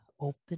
open